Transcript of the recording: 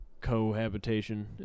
cohabitation